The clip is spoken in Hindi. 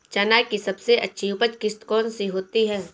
चना की सबसे अच्छी उपज किश्त कौन सी होती है?